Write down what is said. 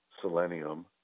selenium